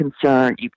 concern